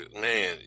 Man